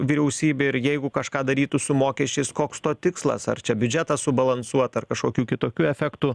vyriausybė ir jeigu kažką darytų su mokesčiais koks to tikslas ar čia biudžetą subalansuot ar kažkokių kitokių efektų